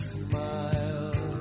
smile